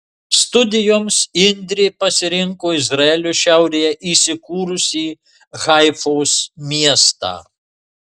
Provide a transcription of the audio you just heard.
studijoms indrė pasirinko izraelio šiaurėje įsikūrusį haifos miestą